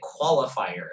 Qualifier